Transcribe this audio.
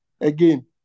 again